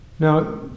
Now